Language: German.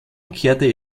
kehrte